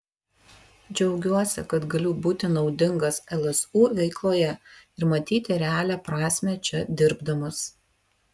džiaugiuosi kad galiu būti naudingas lsu veikloje ir matyti realią prasmę čia dirbdamas